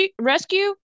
rescue